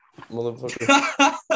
motherfucker